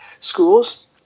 Schools